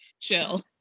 chill